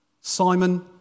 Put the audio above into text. Simon